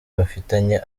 bafitanye